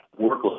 workload